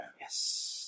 Yes